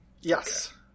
yes